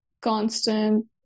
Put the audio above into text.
constant